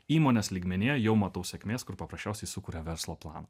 įmonės lygmenyje jau matau sėkmės kur paprasčiausiai sukuria verslo planą